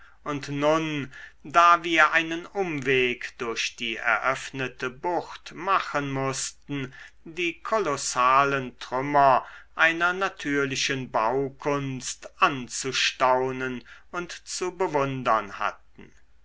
und nun da wir einen umweg durch die eröffnete bucht machen mußten die kolossalen trümmer einer natürlichen baukunst anzustaunen und zu bewundern hatten